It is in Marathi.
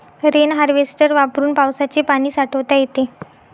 रेन हार्वेस्टर वापरून पावसाचे पाणी साठवता येते